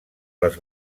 les